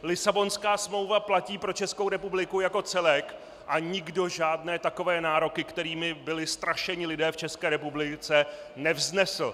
Lisabonská smlouva platí pro Českou republiku jako celek a nikdo žádné takové nároky, kterými byli strašeni lidé v České republice, nevznesl.